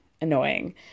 annoying